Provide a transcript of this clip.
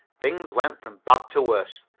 things went from bad to worse,